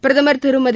பிரதமர் திருமதி